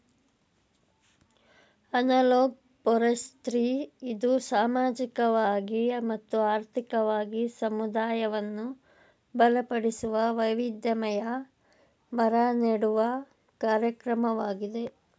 analog forestry ಇದು ಸಾಮಾಜಿಕವಾಗಿ ಮತ್ತು ಆರ್ಥಿಕವಾಗಿ ಸಮುದಾಯವನ್ನು ಬಲಪಡಿಸುವ, ವೈವಿಧ್ಯಮಯ ಮರ ನೆಡುವ ಕಾರ್ಯಕ್ರಮವಾಗಿದೆ